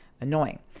annoying